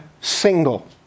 single